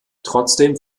trotzdem